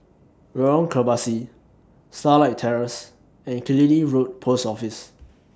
Lorong Kebasi Starlight Terrace and Killiney Road Post Office